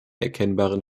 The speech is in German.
erkennbaren